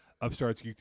upstarts